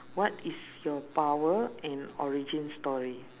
what is your power and origin story